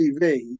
TV